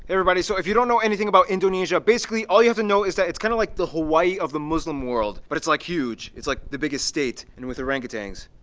everybody, so if you don't know anything about indonesia, basically, all you have to know is that it's kind of like the hawaii of the muslim world, but it's like huge. it's like the biggest state and with orangutans.